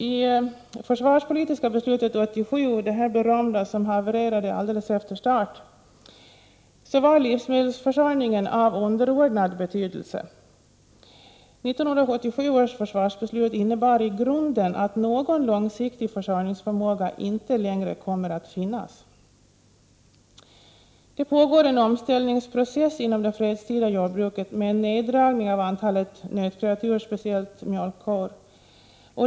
I det försvarspolitiska beslutet 1987, det berömda, som havererade alldeles efter start, var livsmedelsförsörjningen av underordnad betydelse. 1987 års försvarsbeslut innebar i grunden att någon långsiktig försörjningsförmåga inte längre kommer att finnas. Det pågår en omställningsprocess inom det fredstida jordbruket med en neddragning av antalet nötkreatur, speciellt mjölkkor.